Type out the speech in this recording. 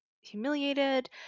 humiliated